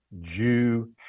Jew